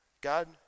God